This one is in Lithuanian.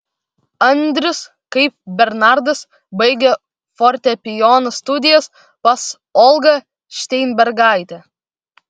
andrius kaip bernardas baigė fortepijono studijas pas olgą šteinbergaitę